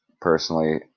personally